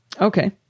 Okay